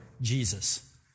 Jesus